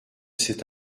cet